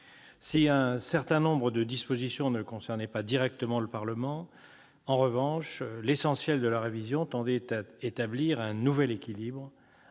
Si un certain nombre de dispositions ne concernaient pas directement le Parlement, en revanche, l'essentiel de la révision tendait à établir un nouvel équilibre